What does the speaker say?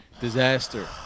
disaster